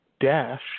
Dash